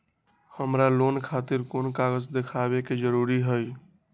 हमरा लोन खतिर कोन कागज दिखावे के जरूरी हई?